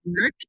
work